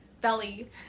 Belly